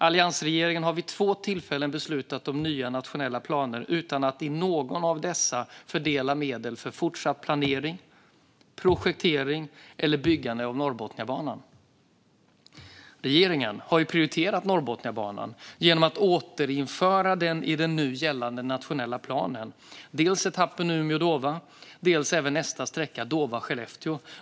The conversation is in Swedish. Alliansregeringen beslutade vid två tillfällen om nya nationella planer utan att i någon av dessa fördela medel för fortsatt planering, projektering eller byggande av Norrbotniabanan. Regeringen har prioriterat Norrbotniabanan genom att återinföra den i den nu gällande nationella planen, dels etappen Umeå-Dåva, dels även nästa sträcka Dåva-Skellefteå.